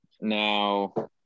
Now